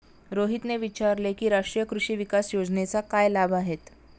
रोहितने विचारले की राष्ट्रीय कृषी विकास योजनेचे काय लाभ आहेत?